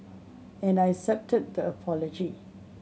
and I accepted the apology